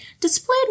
displayed